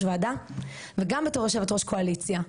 ועדה וגם בתור יושבת-ראש קואליציה,